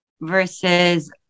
versus